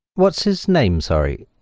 what's his name? sorry.